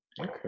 Okay